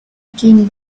came